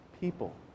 people